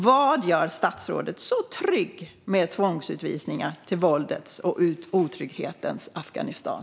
Vad gör statsrådet så trygg med tvångsutvisningar till våldets och otrygghetens Afghanistan?